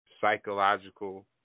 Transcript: psychological